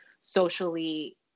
socially